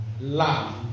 love